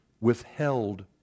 withheld